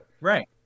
Right